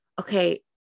okay